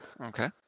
Okay